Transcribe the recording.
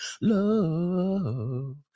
Love